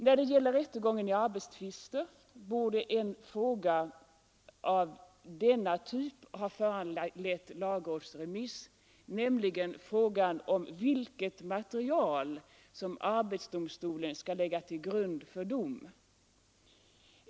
När det gäller rättegången i arbetstvister borde frågan om vilket material som arbetsdomstolen skall lägga till grund för dom ha föranlett lagrådsremiss.